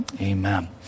amen